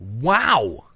wow